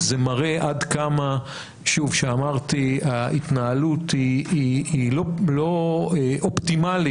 זה מראה כמה ההתנהלות היא לא אופטימלית.